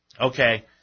Okay